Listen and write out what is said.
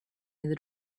near